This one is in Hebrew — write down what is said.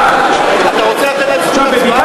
אתה רוצה לתת להם זכות